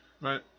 Right